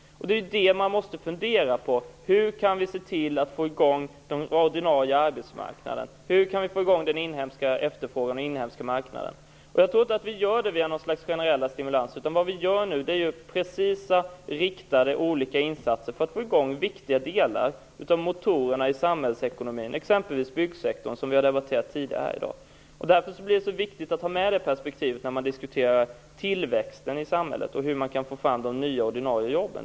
Vi måste fundera över hur vi skall få i gång den ordinarie arbetsmarknaden, den inhemska efterfrågan och hemmamarknaden. Jag tror inte att vi kan göra det via något slags generella stimulanser, utan det krävs precisa riktade åtgärder för att få i gång viktiga delar av motorerna i samhällsekonomin, exempelvis byggsektorn, som vi har debatterat tidigare i dag. Det är viktigt att ha detta perspektiv när man diskuterar tillväxten i samhället och hur man kan få fram de nya ordinarie jobben.